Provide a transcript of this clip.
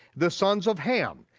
the sons of ham,